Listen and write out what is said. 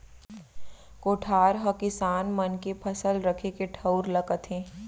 कोठार हकिसान मन के फसल रखे के ठउर ल कथें